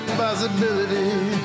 possibility